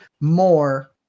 more